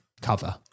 cover